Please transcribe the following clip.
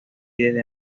desde